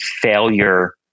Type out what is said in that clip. failure